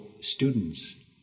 students